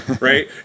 Right